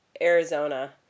Arizona